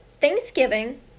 Thanksgiving